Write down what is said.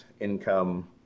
Income